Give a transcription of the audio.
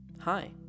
Hi